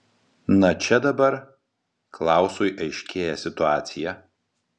na čia dabar klausui aiškėja situacija